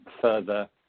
further